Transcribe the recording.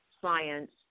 science